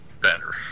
better